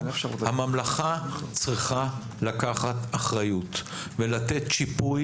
הממלכה צריכה לקחת אחריות ולתת שיפוי